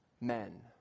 men